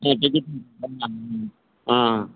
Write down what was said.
ம் ஆ ஆ